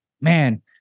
man